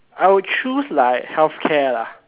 I would choose like healthcare lah